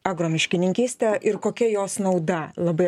agro miškininkystė ir kokia jos nauda labai